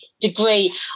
degree